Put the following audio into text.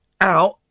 out